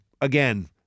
again